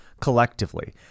collectively